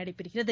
நடைபெறுகிறது